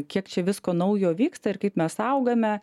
kiek čia visko naujo vyksta ir kaip mes augame